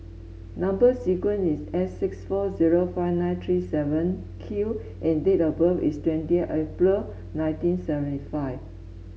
number sequence is S six four zero five nine three seven Q and date of birth is twenty April nineteen seventy five